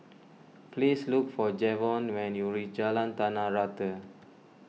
please look for Jevon when you reach Jalan Tanah Rata